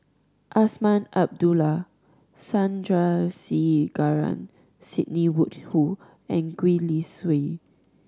Azman Abdullah Sandrasegaran Sidney Woodhull and Gwee Li Sui